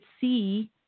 see